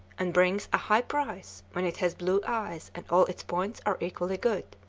and brings a high price when it has blue eyes and all its points are equally good.